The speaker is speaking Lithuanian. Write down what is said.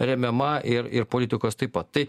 remiama ir ir politikos taip pat tai